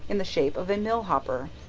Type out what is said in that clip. in the shape of a mill-hopper,